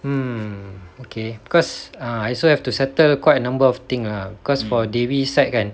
mm okay cause I also have to settle quite a number of things ah cause for dewi side kan